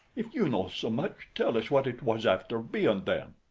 if you know so much, tell us what it was after bein' then.